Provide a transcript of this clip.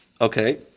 Okay